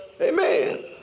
Amen